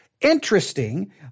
interesting